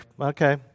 okay